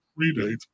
predate